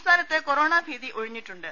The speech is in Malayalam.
സംസ്ഥാനത്ത് കൊറോണ ഭീതി ഒഴി ഞ്ഞിട്ടുണ്ട്